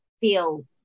feel